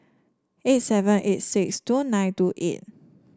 eight seven eight six two nine two eight